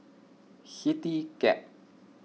CityCab